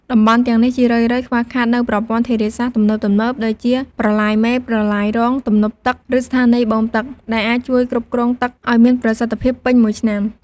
តំបន់ទាំងនេះជារឿយៗខ្វះខាតនូវប្រព័ន្ធធារាសាស្ត្រទំនើបៗ ដូចជាប្រឡាយមេ ប្រឡាយរង ទំនប់ទឹក ឬស្ថានីយបូមទឹក ដែលអាចជួយគ្រប់គ្រងទឹកឱ្យមានប្រសិទ្ធភាពពេញមួយឆ្នាំ។